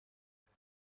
ممکن